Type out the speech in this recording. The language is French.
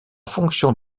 fonction